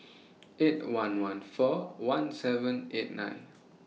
eight one one four one seven eight nine